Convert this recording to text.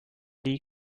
league